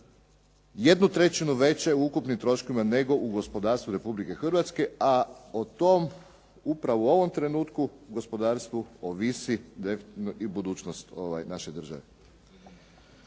je za 1/3 veće u ukupnim troškovima, nego u gospodarstvu Republike Hrvatske, a o tom upravo u ovom trenutku gospodarstvu ovisi i budućnost naše države.